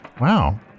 Wow